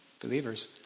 believers